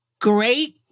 great